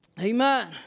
Amen